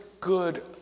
good